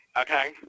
okay